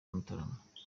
mutarama